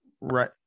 right